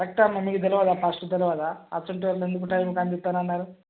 కరక్టే అమ్మా మీకు ఫస్ట్ తెలియదా అటువంటోళ్ళని ఎందుకు టైంకి అందిస్తానన్నారు